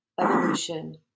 evolution